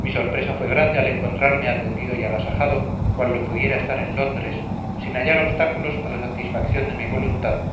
mi sorpresa fue grande al encontrarme atendido y agasajado cual lo pudiera estar en londres sin hallar obstáculos a la satisfacción de mi voluntad